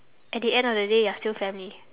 at the end of the day you're still family